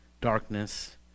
darkness